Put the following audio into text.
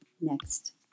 next